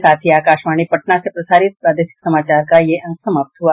इसके साथ ही आकाशवाणी पटना से प्रसारित प्रादेशिक समाचार का ये अंक समाप्त हुआ